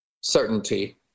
certainty